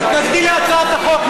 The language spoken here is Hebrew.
תתנגדי להצעת החוק.